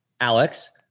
Alex